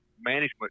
management